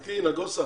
יוצאי אתיופיה